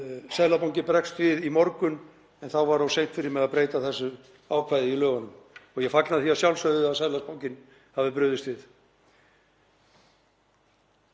Seðlabankinn bregst við í morgun en þá var of seint fyrir mig að breyta þessu ákvæði í lögunum. Ég fagna því að sjálfsögðu að Seðlabankinn hafi brugðist við.